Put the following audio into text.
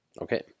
Okay